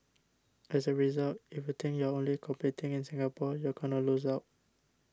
as a result if you think you're only competing in Singapore you're going to lose out